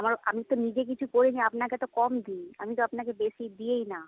আমার আমি তো নিজে কিছু করে নিই আপনাকে তো কম দিই আমি তো আপনাকে বেশি দিই না